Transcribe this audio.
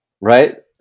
right